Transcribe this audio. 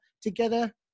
together